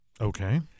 Okay